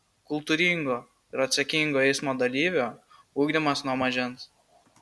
kultūringo ir atsakingo eismo dalyvio ugdymas nuo mažens